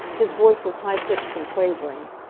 his voice was high-pitched and quavering.